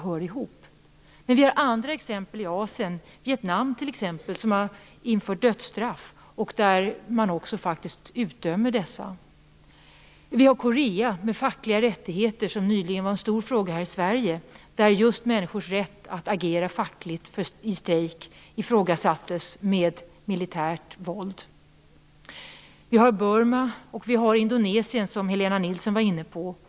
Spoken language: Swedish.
Det finns andra exempel i Asien. Vietnam har t.ex. infört dödsstraff och utdömer faktiskt också sådana. Vi har Korea och de fackliga rättigheterna, som nyligen var en stor fråga här i Sverige. Där ifrågasattes människors rätt att agera fackligt i strejk med militärt våld. Vi har Burma, och vi har Indonesien som Helena Nilsson var inne på.